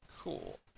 Cool